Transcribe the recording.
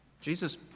Jesus